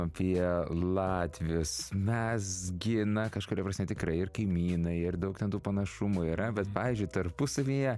apie latvijos mes gi na kažkuria prasme tikrai ir kaimynai ir daug panašumų yra bet pavyzdžiui tarpusavyje